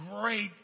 great